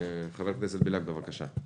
חבר הכנסת בליאק, בבקשה.